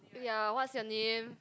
ya what's your name